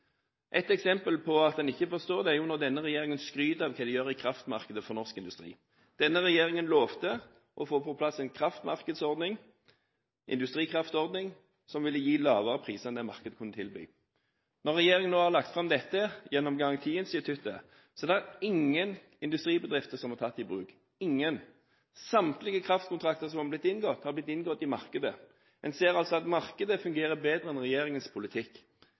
Et eksempel på at en ikke forstår, er jo når denne regjeringen skryter av hva de gjør i kraftmarkedet for norsk industri. Denne regjeringen lovet å få på plass en kraftmarkedsordning, industrikraftordning, som ville gi lavere priser enn det markedet kunne tilby. Når regjeringen nå har lagt fram dette gjennom Garanti-instituttet, er det ingen industribedrifter som er tatt i bruk – ingen. Samtlige kraftkontrakter som har blitt inngått, har blitt inngått i markedet. En ser altså at markedet fungerer bedre enn regjeringens politikk.